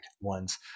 ones